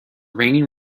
raining